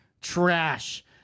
Trash